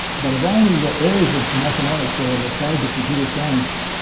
but of all the yeah areas of mathematics that i've applied to computer science,